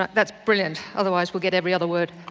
that's brilliant, otherwise we'll get every other word.